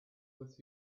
that